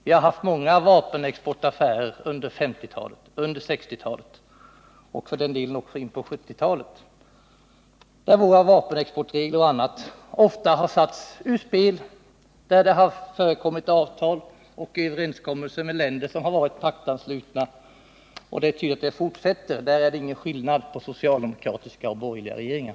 Vi har haft många vapenexportaffärer under 1950 och 1960-talen, och för den delen också in på 1970-talet, där dessa regler ofta har satts ur spel och där det förekommit avtal och överenskommelser med paktanslutna länder. Det är tydligt att detta fortsätter. Där är det ingen skillnad mellan socialdemokratiska och borgerliga regeringar.